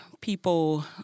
people